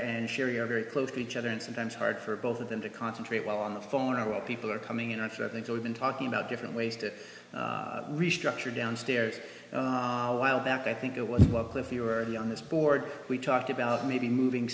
and syria are very close to each other and sometimes hard for both of them to concentrate while on the phone or all people are coming in i think we've been talking about different ways to restructure downstairs while back i think it was a local if you were the on this board we talked about maybe moving